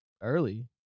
early